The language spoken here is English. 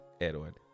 edward